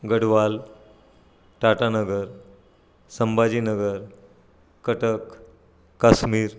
Gadwal Tatanagar Sambhajinagar Cuttack Kashmir